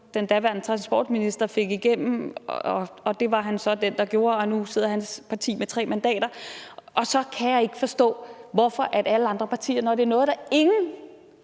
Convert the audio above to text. den daværende transportminister fik igennem – og det var han så den der gjorde – og nu sidder hans parti med 3 mandater. Og så kan jeg ikke forstå, hvorfor alle andre partier, når det er noget, ingen